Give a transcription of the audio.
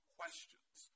questions